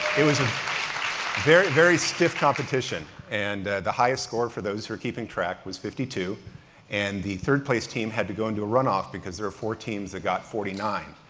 it was a very, very stiff competition and the highest score, for those who are keeping track, was fifty two and the third place team had to go into a run-off because there were four teams that got forty nine.